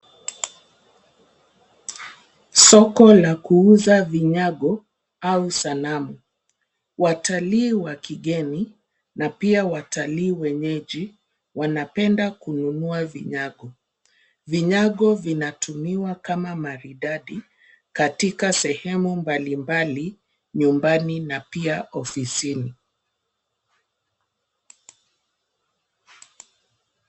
Soko la kuuza vinyago au sanamu. Watalii wa kigeni na pia watalii wenyeji wanapenda kununua vinyago. Vinyago vinatumiwa kama maridadi katika sehemu mbali mbali, nyumbani na pia ofisini.